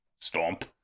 Stomp